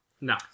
No